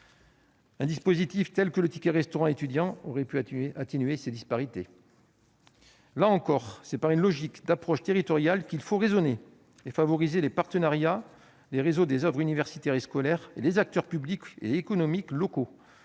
Un dispositif tel que le ticket restaurant étudiant aurait pu atténuer ces disparités. Là encore, c'est par une logique d'approche territoriale qu'il faut raisonner, en favorisant les partenariats entre les réseaux des oeuvres universitaires et scolaires et les acteurs publics et économiques locaux